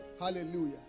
hallelujah